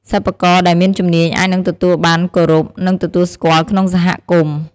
សិប្បករដែលមានជំនាញអាចនឹងទទួលបានគោរព និងទទួលស្គាល់ក្នុងសហគមន៍។